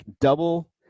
double